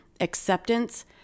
acceptance